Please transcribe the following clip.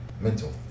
mental